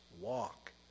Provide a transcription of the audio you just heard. walk